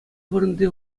вырӑнти